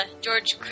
george